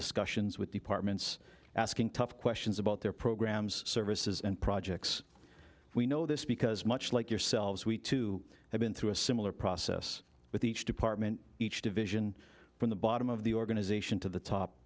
discussions with departments asking tough questions about their programs services and projects we know this because much like yourselves we too have been through a similar process with each department each division from the bottom of the organization to the top